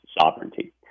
sovereignty